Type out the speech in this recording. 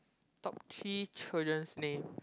top three children's name